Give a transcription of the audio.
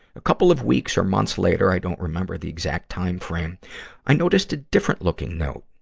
a couple of weeks or months later i don't remember the exact time frame i noticed a different looking note.